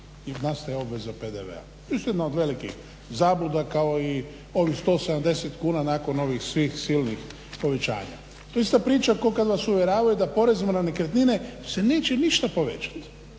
ne razumije/… obveze PDV-a. isto jedna od velikih zabluda kao i ovih 170 kuna nakon ovih svih silnih povećanja. To je ista priča kao kad vas uvjeravaju da porezima na nekretnine se neće ništa povećati,